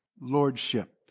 lordship